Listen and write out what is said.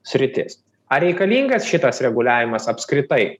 sritis ar reikalingas šitas reguliavimas apskritai